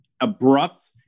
abrupt